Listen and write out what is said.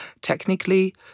Technically